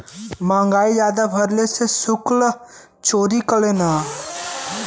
महंगाई जादा भइले से सुल्क चोरी करेलन